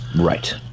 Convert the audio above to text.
right